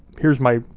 here's my,